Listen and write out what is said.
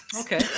Okay